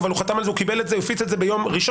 אבל הוא חתם על זה הוא הפיץ את זה ביום ראשון